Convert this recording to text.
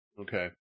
Okay